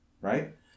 right